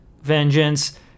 Vengeance